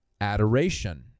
adoration